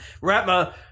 Ratma